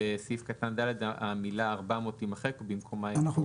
בסעיף קטן (ד), המילה ארבע מאות תימחק, ובמקומה